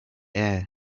air